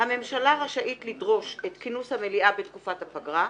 הממשלה רשאית לדרוש את כינוס המליאה בתקופת הפגרה,